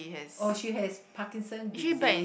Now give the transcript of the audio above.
oh she has Parkinson's disease